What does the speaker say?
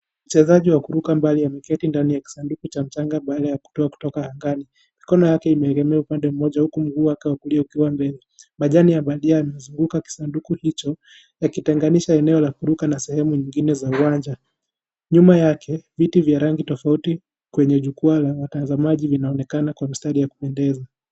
Mchezaji wa kuruka mbali ameketi ndani ya sanduku cha mchanga baada ya kutoka mbali mkono yake umeegemea upande mmoja huku mguu wake wa kulia ukiwa mbele majani ya bajia yamezunguka kwa sanduku hicho yakitenganisha eneo ya kuruka na sehemu nyingine za uwanja nyuma yake viti vya rangi tofauti kwenye jukwaa la watazamaji vinaonekana Kwa mistari ya kupendeza.